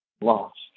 lost